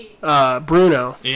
Bruno